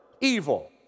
evil